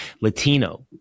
Latino